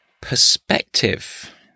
Perspective